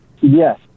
Yes